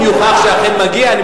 אם יוכח שלא מגיע כסף סעודי,